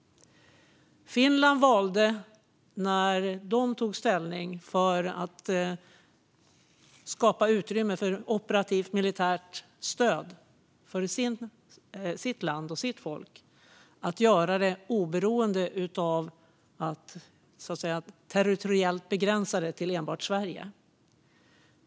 När Finland tog ställning för att skapa utrymme för operativt militärt stöd för sitt land och sitt folk valde de att göra det utan att territoriellt begränsa det till enbart Sverige.